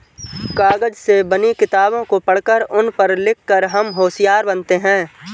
कागज से बनी किताबों को पढ़कर उन पर लिख कर हम होशियार बनते हैं